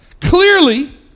Clearly